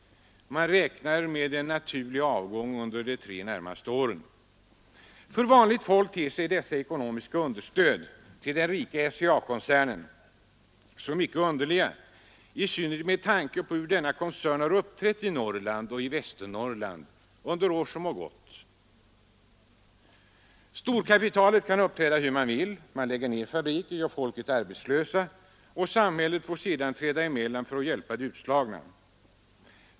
Man räknar med en naturlig avgång under de tre närmaste åren. För vanligt folk ter sig dessa ekonomiska understöd till den rika SCA-koncernen som mycket underliga, i synnerhet med tanke på hur denna koncern har uppträtt i Norrland och i Västernorrland under år som har gått. Storkapitalet kan uppträda hur det vill. Man lägger ned fabriker, gör folk arbetslösa, och samhället får sedan träda emellan för att hjälpa de utslagna.